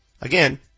again